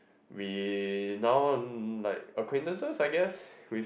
we now like acquaintances I guess with